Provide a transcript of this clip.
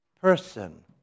person